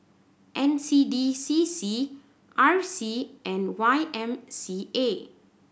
N C D C C R C and Y M C A